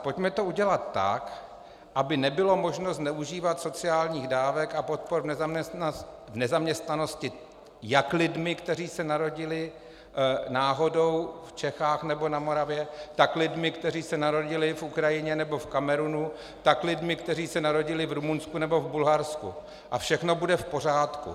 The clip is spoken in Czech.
Pojďme to udělat tak, aby nebylo možno zneužívat sociálních dávek a podpor v nezaměstnanosti jak lidmi, kteří se narodili náhodou v Čechách nebo na Moravě, tak lidmi, kteří se narodili na Ukrajině nebo v Kamerunu, tak lidmi, kteří se narodili v Rumunsku nebo v Bulharsku, a všechno bude v pořádku.